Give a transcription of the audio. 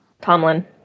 Tomlin